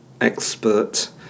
expert